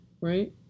Right